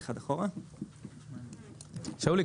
שאולי,